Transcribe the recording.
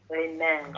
Amen